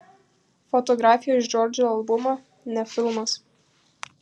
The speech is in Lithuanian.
fotografija iš džordžo albumo ne filmas